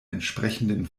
entsprechenden